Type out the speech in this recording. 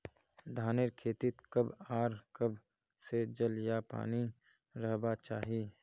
धानेर खेतीत कब आर कब से जल या पानी रहबा चही?